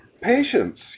Patience